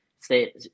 stay